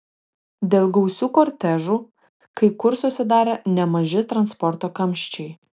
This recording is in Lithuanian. dėl gausių kortežų kai kur susidarė nemaži transporto kamščiai